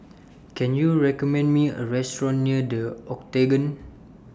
Can YOU recommend Me A Restaurant near The Octagon